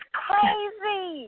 crazy